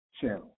channel